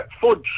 fudge